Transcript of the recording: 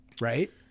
Right